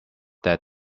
that